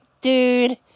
dude